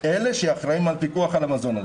אלה שאחראים על פיקוח על המזון.